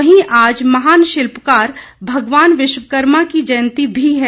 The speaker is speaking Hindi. वहीं आज महान शिल्पकार भगवान विश्वकर्मा की जयंती भी है